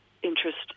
interest